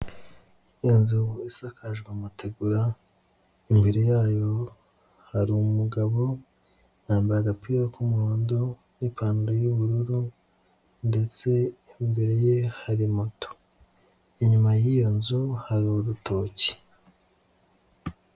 Ni inzu isakajwe amategura imbere yayo hari umugabo yambaye agapira k'umuhondo n'ipantaro y'ubururu, ndetse imbere ye hari moto inyuma y'iyo nzu hari urutoki.